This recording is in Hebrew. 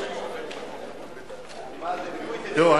תראו,